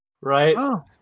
Right